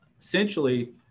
essentially